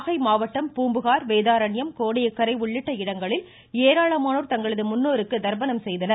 நாகை மாவட்டத்தில் பூம்புகார் வேதாரண்யம் கோடியக்கரை உள்ளிட்ட இடங்களில் ஏராளமானோர் தங்களது முன்னோர்களுக்கு தர்ப்பணம் செய்தனர்